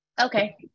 okay